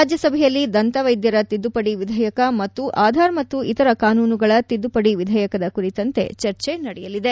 ರಾಜ್ಯಸಭೆಯಲ್ಲಿ ದಂತವೈದ್ಯರ ತಿದ್ದುಪದಿ ವಿಧೇಯಕ ಮತ್ತು ಆಧಾರ್ ಮತ್ತು ಇತರ ಕಾನೂನುಗಳ ತಿದ್ದುಪದಿ ವಿಧೇಯಕದ ಕುರಿತಂತೆ ಚರ್ಚೆ ನಡೆಯಲಿದೆ